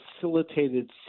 facilitated